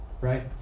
right